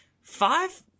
five